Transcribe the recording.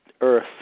Earth